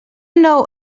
know